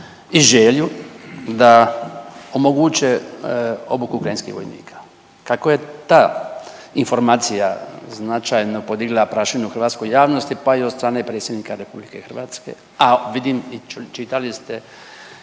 i želju da omoguće obuku ukrajinskih vojnika. Kako je ta informacija značajno podigla prašinu u hrvatskoj javnosti pa i od strane Predsjednika Republike Hrvatske, a vidim i čitali ste